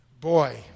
Boy